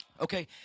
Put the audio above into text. Okay